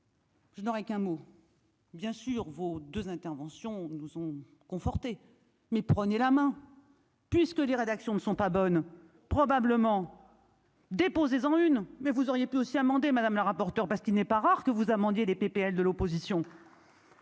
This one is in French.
Je n'aurai qu'un mot. Bien sûr, vos 2 interventions nous ont conforté. Mais prenez la main puisque les rédactions ne sont pas bonnes probablement déposer sans une mais vous auriez pu aussi amendé madame la rapporteure parce qu'il n'est pas rare que vous mendier des PPL de l'opposition.